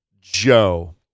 Joe